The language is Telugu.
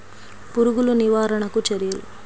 పురుగులు నివారణకు చర్యలు?